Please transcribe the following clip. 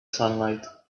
sunlight